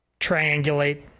triangulate